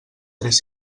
tres